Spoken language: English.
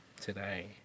today